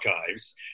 Archives